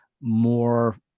more